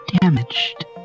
damaged